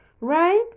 right